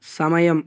సమయం